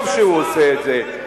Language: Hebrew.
טוב שהוא עושה את זה.